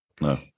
no